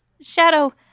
Shadow